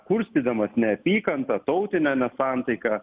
kurstydamas neapykantą tautinę nesantaiką